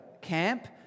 camp